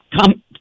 come